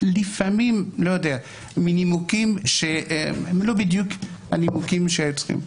לפעמים מנימוקים שהם לא בדיוק הנימוקים שהיו צריכים.